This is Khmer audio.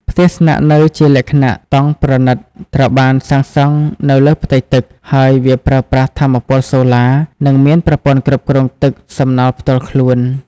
ផ្ទះស្នាក់នៅជាលក្ខណៈតង់ប្រណីតត្រូវបានសាងសង់នៅលើផ្ទៃទឹក ហើយវាប្រើប្រាស់ថាមពលសូឡា និងមានប្រព័ន្ធគ្រប់គ្រងទឹកសំណល់ផ្ទាល់ខ្លួន។